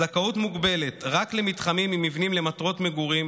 הזכאות מוגבלת רק למתחמים עם מבנים למטרות מגורים